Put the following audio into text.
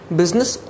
business